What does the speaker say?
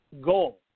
goal